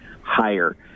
higher